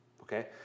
Okay